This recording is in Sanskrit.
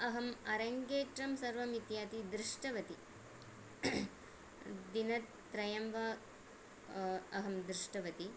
अहम् अरङ्गेट्टं सर्वम् इत्यादि दृष्टवति दिनत्रयं वा अहं दृष्टवति